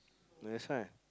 that's why